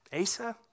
Asa